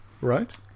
Right